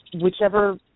whichever